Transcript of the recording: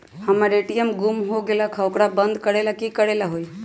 हमर ए.टी.एम गुम हो गेलक ह ओकरा बंद करेला कि कि करेला होई है?